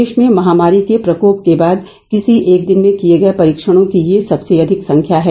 देश में महामारी के प्रकोप के बाद किसी एक दिन में किये गए परीक्षणों की यह सबसे अधिक संख्या है